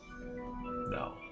No